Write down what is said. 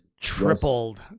Tripled